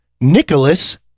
Nicholas